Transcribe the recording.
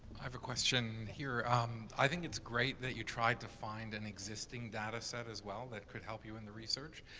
i have a question here, um, i think it's great that you tried to find an existing data set, as well, that could help you in the research.